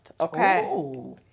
Okay